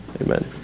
amen